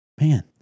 Man